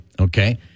okay